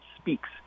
speaks